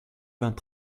vingt